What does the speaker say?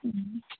ꯎꯝ